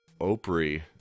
Opry